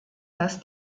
dass